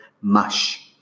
mush